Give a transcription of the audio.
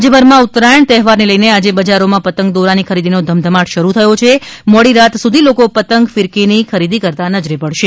રાજ્યભરમાં ઉત્તરાયણ તહેવારને લઇને આજે બજારોમાં પતંગ દોરાની ખરીદીનો ધમધમાટ શરૂ થયો છે મોડી રાત સુધી લોકો પતંગ ફિરકીની ખરીદી કરતાં નજરે પડશે